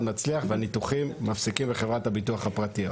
מצליח והניתוחים מפסיקים בחברות הביטוח הפרטיות,